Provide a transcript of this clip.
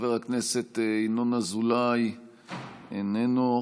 חבר הכנסת ינון אזולאי, איננו.